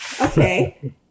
Okay